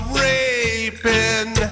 raping